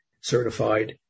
certified